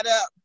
up